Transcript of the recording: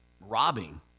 robbing